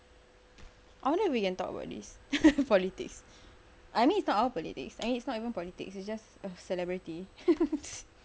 I wonder if we can talk about these politics I mean it's not all politics I mean it's not even politics it's just ugh celebrity